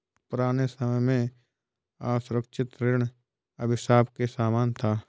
पुराने समय में असुरक्षित ऋण अभिशाप के समान था